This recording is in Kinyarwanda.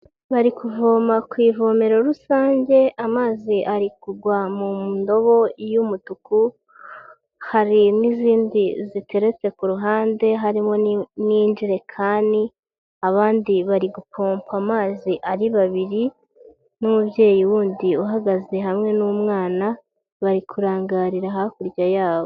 Bari kuvoma ku ivomero rusange, amazi ari kugwa mu ndobo y'umutuku, hari n'izindi ziteretse ku ruhande harimo ni n'ijirekani, abandi bari gupompa amazi ari babiri n'umubyeyi wundi uhagaze hamwe n'umwana, bari kurangarira hakurya yabo.